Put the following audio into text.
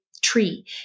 tree